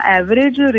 average